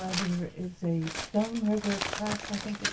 ah there is a stone river press, i think